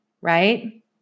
right